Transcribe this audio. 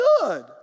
good